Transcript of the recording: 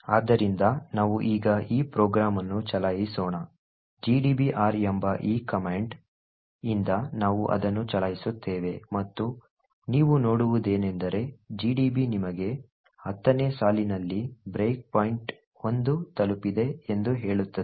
ಆದ್ದರಿಂದ ನಾವು ಈಗ ಈ ಪ್ರೋಗ್ರಾಂ ಅನ್ನು ಚಲಾಯಿಸೋಣ gdb r ಎಂಬ ಈ ಕಮಾಂಡ್ ಯಿಂದ ನಾವು ಅದನ್ನು ಚಲಾಯಿಸುತ್ತೇವೆ ಮತ್ತು ನೀವು ನೋಡುವುದೇನೆಂದರೆ gdb ನಿಮಗೆ 10 ನೇ ಸಾಲಿನಲ್ಲಿ ಬ್ರೇಕ್ ಪಾಯಿಂಟ್ 1 ತಲುಪಿದೆ ಎಂದು ಹೇಳುತ್ತದೆ